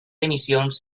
emissions